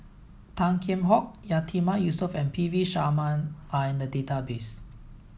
Tan Kheam Hock Yatiman Yusof and P V Sharma are in the database